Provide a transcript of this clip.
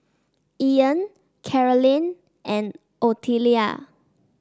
Ian Carolynn and Ottilia